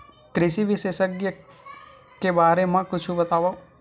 कृषि विशेषज्ञ के बारे मा कुछु बतावव?